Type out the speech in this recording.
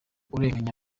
urenganya